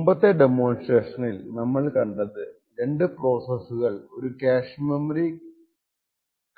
മുമ്പത്തെ ഡെമോൺസ്ട്രേഷനിൽ നമ്മൾ കണ്ടത് രണ്ട് പ്രൊസസ്സുകൾ ഒരു കാഷ്മെമ്മറി